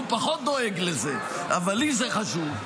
הוא פחות דואג לזה, אבל לי זה חשוב.